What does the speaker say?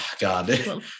god